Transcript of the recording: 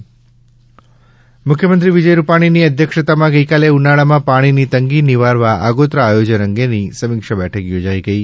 મુખ્યમંત્રી મુખ્યમંત્રી વિજય રૂપાણીની અધ્યક્ષતામાં ગઈકાલે ઉનાળામાં પાણીની તંગી નિવારવા આગોતરા આયોજન અંગેની સમીક્ષા બેઠક યોજાઇ ગઇ